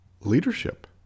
leadership